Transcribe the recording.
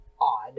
odd